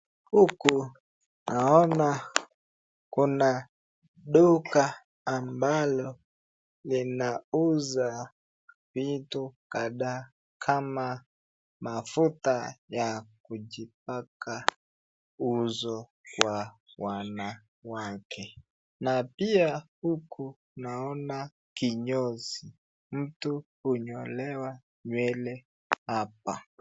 Huku naona kuna duka ambalo linauza vitu kadhaa kama mafuta ya kujipaka uso kwa wanawake. Na pia huku naona kinyozi, mtu kunyolewa nywele hapa.